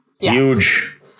huge